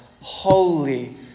holy